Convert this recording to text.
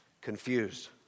confused